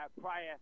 prior